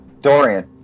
Dorian